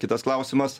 kitas klausimas